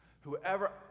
Whoever